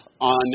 on